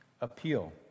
appeal